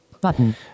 Button